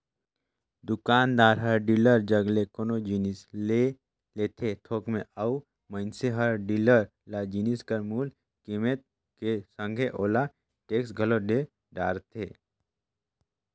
दुकानदार हर डीलर जग ले कोनो जिनिस ले लेथे थोक में अउ मइनसे हर डीलर ल जिनिस कर मूल कीमेत के संघे ओला टेक्स घलोक दे डरथे